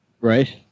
Right